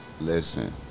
Listen